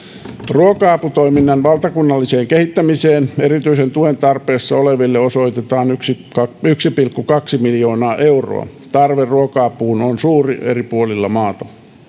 ruoka aputoiminnan valtakunnalliseen kehittämiseen erityisen tuen tarpeessa oleville osoitetaan yksi pilkku kaksi miljoonaa euroa tarve ruoka apuun on suuri eri puolilla maata